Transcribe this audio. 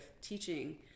teaching